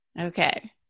Okay